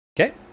Okay